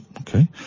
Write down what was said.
Okay